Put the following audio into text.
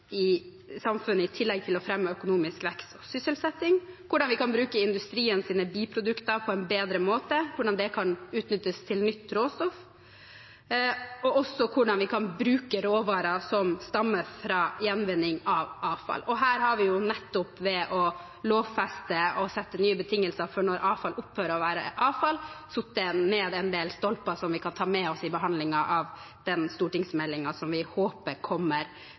bruke industriens biprodukter på en bedre måte, hvordan det kan utnyttes til nytt råstoff, og også hvordan vi kan bruke råvarer som stammer fra gjenvinning av avfall. Her har vi nettopp ved å lovfeste og sette nye betingelser for når avfall opphører å være avfall, satt ned en del stolper som vi kan ta med oss i behandlingen av den stortingsmeldingen, som vi håper kommer